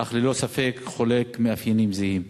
אך ללא ספק חולק מאפיינים זהים?